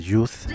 Youth